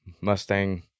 Mustang